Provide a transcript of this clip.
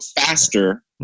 faster